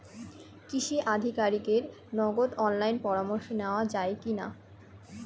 কৃষি আধিকারিকের নগদ অনলাইন পরামর্শ নেওয়া যায় কি না?